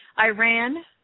Iran